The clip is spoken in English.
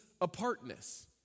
apartness